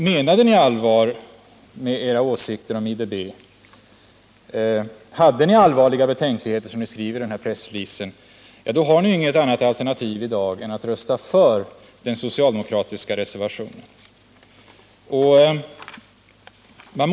Menade ni allvar med era åsikter om IDB, hade ni allvarliga betänkligheter, som ni skrev i pressreleasen, då har ni ju inget annat alternativ i dag än att rösta för den socialdemokratiska reservationen.